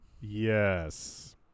Yes